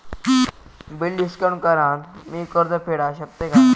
Bill discount करान मी कर्ज फेडा शकताय काय?